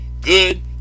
good